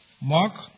Mark